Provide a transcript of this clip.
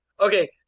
Okay